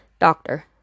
Doctor